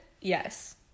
yes